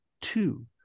two